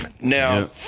Now